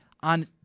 on